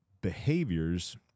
behaviors